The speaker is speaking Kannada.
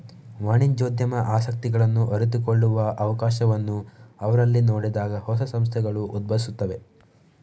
ವಾಣಿಜ್ಯೋದ್ಯಮ ಆಸಕ್ತಿಗಳನ್ನು ಅರಿತುಕೊಳ್ಳುವ ಅವಕಾಶವನ್ನು ಅವರಲ್ಲಿ ನೋಡಿದಾಗ ಹೊಸ ಸಂಸ್ಥೆಗಳು ಉದ್ಭವಿಸುತ್ತವೆ